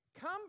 come